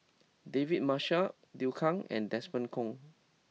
David Marshall Liu Kang and Desmond Kon